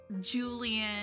Julian